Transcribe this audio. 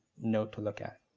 note to look at.